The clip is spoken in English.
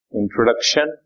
introduction